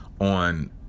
on